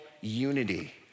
unity